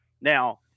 Now